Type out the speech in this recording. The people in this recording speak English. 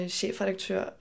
chefredaktør